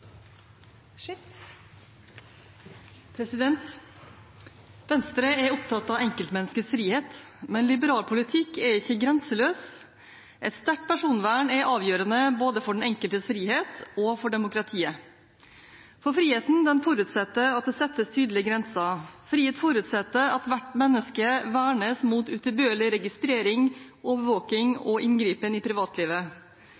Venstre er opptatt av enkeltmenneskets frihet. Liberal politikk er ikke grenseløs. Et sterkt personvern er avgjørende både for den enkeltes frihet og for demokratiet, for friheten forutsetter at det settes tydelige grenser. Frihet forutsetter at hvert menneske vernes mot utilbørlig registrering, overvåking